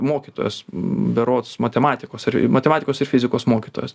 mokytojas berods matematikos ir matematikos ir fizikos mokytojas